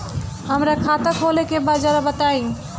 हमरा खाता खोले के बा जरा बताई